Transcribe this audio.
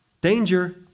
Danger